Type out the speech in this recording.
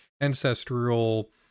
ancestral